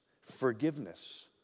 forgiveness